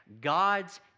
God's